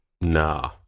Nah